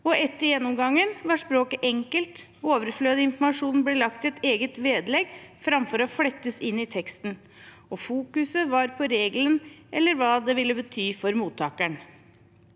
Etter gjennomgangen var språket enkelt, og den overflødige informasjonen ble lagt i et eget vedlegg framfor å flettes inn i teksten. Fokuset lå på regelen eller hva det ville bety for mottakeren.